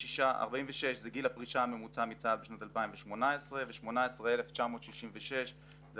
46 זה גיל הפרישה הממוצע מצה"ל בשנת 2018. ו-18,966 ש"ח זה